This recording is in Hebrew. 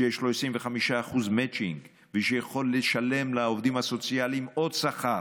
שיש לו 25% מצ'ינג ושיכול לשלם לעובדים הסוציאליים עוד שכר,